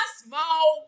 small